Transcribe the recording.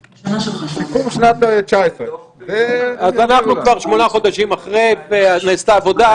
סיכום שנת 2019. אנחנו כבר שמונה חודשים אחרי ונעשתה עבודה,